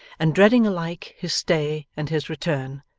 and dreading alike his stay and his return,